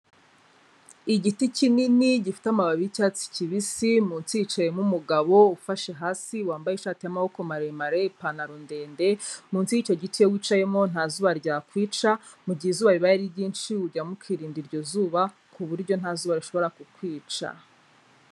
Igiti kinini gifite amababi y'icyatsi kibisi, munsi hicayemo umugabo ufashe hasi wambaye ishati y'amaboko maremare, ipantaro ndende, munsi yicyo giti yicayemo nta zuba ryakwica, mu gihe izuba ribaye ryinshi ujyamo ukirinda iryo zuba ku buryo nta zuba rishobora kukwica.